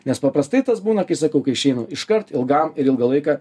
nes paprastai tas būna kai sakau kai išeina iškart ilgam ir ilgą laiką